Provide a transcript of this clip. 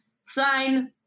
Sign